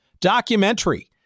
documentary